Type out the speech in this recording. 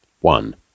One